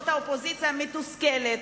היא אופוזיציה מתוסכלת,